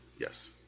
Yes